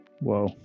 Whoa